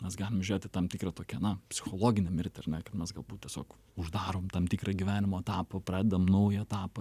mes galim žiūrėti į tam tikrą tokią na psichologinę mirtį ar ne kad mes galbūt tiesiog uždarom tam tikrą gyvenimo etapą pradedam naują etapą